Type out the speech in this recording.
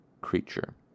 creature